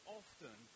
often